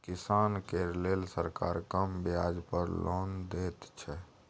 किसान केर लेल सरकार कम ब्याज पर लोन दैत छै